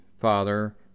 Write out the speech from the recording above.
father